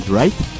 right